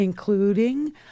including